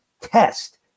test